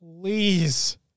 please